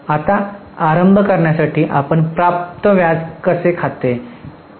आता आरंभ करण्यासाठी आपण प्राप्त व्याज कसे खाते